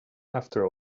after